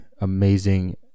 amazing